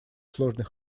сложный